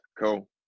cool